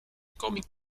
cómic